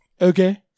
Okay